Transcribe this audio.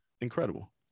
Incredible